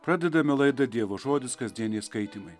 pradedame laidą dievo žodis kasdieniai skaitymai